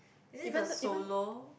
is it the solo